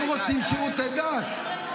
הם רוצים שירותי דת.